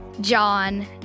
john